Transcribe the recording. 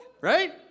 Right